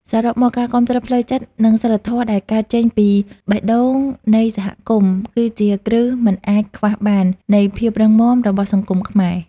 សរុបមក ការគាំទ្រផ្លូវចិត្ត និងសីលធម៌ដែលកើតចេញពីបេះដូងនៃសហគមន៍ គឺជាគ្រឹះមិនអាចខ្វះបាននៃភាពរឹងមាំរបស់សង្គមខ្មែរ។